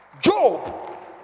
job